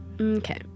Okay